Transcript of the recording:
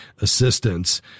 assistance